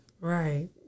Right